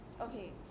okay